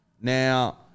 Now